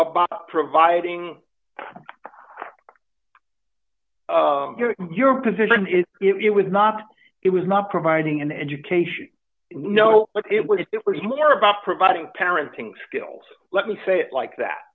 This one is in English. about providing your position if it was not it was not providing an education know what it was it was more about providing parenting skills let me say it like that